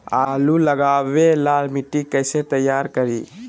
आलु लगावे ला मिट्टी कैसे तैयार करी?